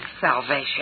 salvation